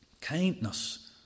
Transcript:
kindness